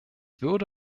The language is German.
würde